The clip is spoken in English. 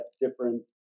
different